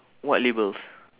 what labels